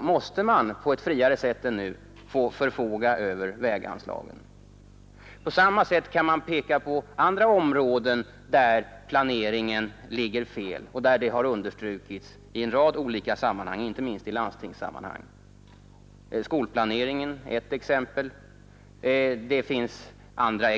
måste man på ett friare sätt än nu få förfoga över väganslagen. På samma sätt kan man peka på andra områden där planeringen ligger fel, vilket har understrukits i en rad olika sammanhang, inte minst från landstinget. Skolplaneringen är ett exempel, och det finns andra.